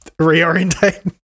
reorientate